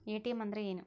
ATM ಅಂದ್ರ ಏನು?